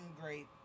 great